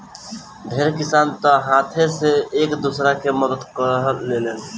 ढेर किसान तअ हाथे से एक दूसरा के मदद कअ लेवेलेन